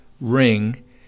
ring